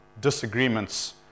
disagreements